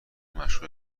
مشغول